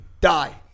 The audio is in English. Die